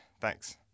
Thanks